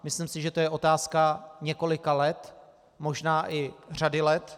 Myslím si, že to je otázka několika let, možná i řady let.